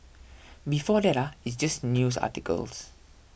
before it's just news articles